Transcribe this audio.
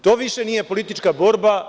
To više nije politička borba.